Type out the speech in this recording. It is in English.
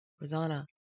Rosanna